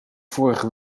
vorige